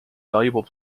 valuable